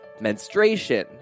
Menstruation